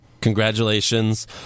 Congratulations